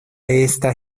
esta